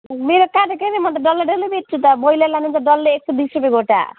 मेरो काटेको नै म त डल्लै डल्लै बेच्छु त ब्रोइलर लानुहुन्छ डल्लै एक सय बिस रुपियाँ गोटा